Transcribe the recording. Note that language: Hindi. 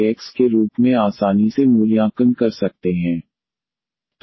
eax के रूप में आसानी से मूल्यांकन कर सकते हैं